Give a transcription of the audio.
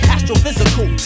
Astrophysical